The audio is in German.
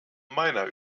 meiner